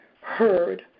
heard